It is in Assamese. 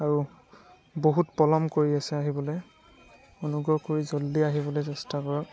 আৰু বহুত পলম কৰি আছে আহিবলৈ অনুগ্ৰহ কৰি জল্দি আহিবলৈ চেষ্টা কৰক